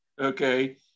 okay